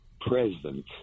president